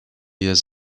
years